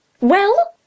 Well